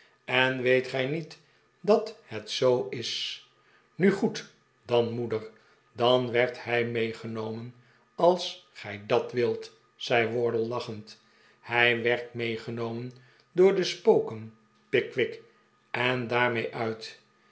en weet gij niet dat het zoo is nu goed dan moeder dan werd hij meegenomen als gij dat wilt zei wardle lachend hij werd meegenomen door de spoken pickwick en daarmee uit